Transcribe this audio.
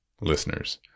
listeners